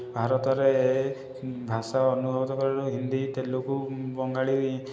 ଭାରତରେ ଭାଷା ଅନୁଭୂତି ହିନ୍ଦୀ ତେଲୁଗୁ ବଙ୍ଗାଳି